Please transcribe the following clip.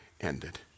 ended